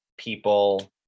people